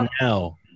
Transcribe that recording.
now